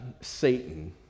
Satan